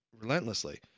relentlessly